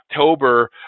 October